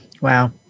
Wow